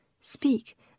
Speak